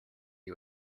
you